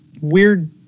weird